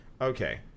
Okay